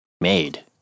made